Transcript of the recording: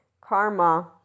karma-